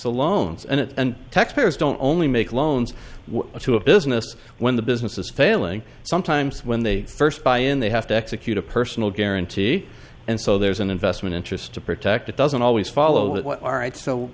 the loans and it and taxpayers don't only make loans to a business when the business is failing sometimes when they first buy in they have to execute a personal guarantee and so there's an investment interest to protect it doesn't always follow